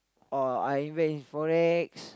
or I invest in Forex